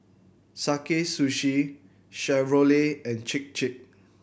Sakae Sushi Chevrolet and Chir Chir